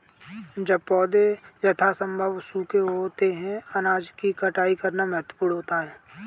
जब पौधे यथासंभव सूखे होते हैं अनाज की कटाई करना महत्वपूर्ण होता है